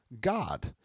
God